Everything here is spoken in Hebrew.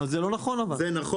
זה לא נכון אבל.